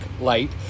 light